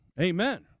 Amen